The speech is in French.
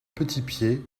petitpied